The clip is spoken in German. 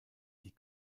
die